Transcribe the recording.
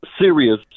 serious